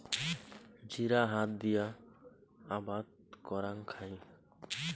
জিরা হাত দিয়া আবাদ করাং খাই